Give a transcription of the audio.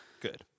Good